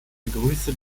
begrüße